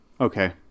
Okay